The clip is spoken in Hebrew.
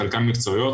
חלקן מקצועיות,